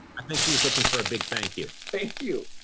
i think he was looking for a big thank you. thank you.